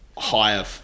higher